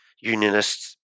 unionists